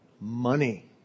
money